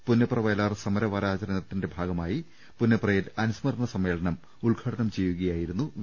പുന്നപ്ര വയലാർ സമര വാരാചരണത്തിന്റെ ഭാഗമായി പുന്നപ്രയിൽ അനുസ്മരണ സ്മ്മേളനം ഉദ്ഘാ ടനം ചെയ്യുകയായിരുന്നു വി